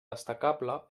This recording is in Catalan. destacable